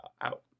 Out